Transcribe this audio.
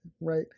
right